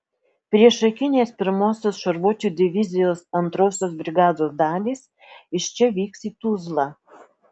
priešakinės pirmosios šarvuočių divizijos antrosios brigados dalys iš čia vyks į tuzlą